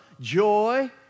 joy